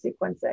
sequencing